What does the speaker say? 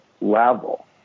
level